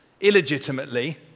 illegitimately